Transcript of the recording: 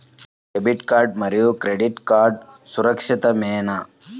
Debit card మరియు credit card సురక్షితమేనా?